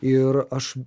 ir aš